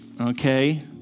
okay